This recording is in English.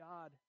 God